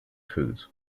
food